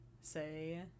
say